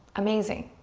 amazing.